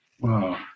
Wow